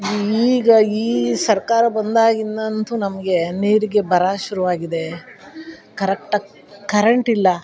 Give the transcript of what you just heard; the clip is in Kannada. ಈಗ ಈ ಸರ್ಕಾರ ಬಂದಾಗಿಂದಂತು ನಮಗೆ ನೀರಿಗೆ ಬರ ಶುರುವಾಗಿದೆ ಕರೆಕ್ಟಾಗಿ ಕರೆಂಟಿಲ್ಲ